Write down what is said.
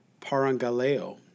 Parangaleo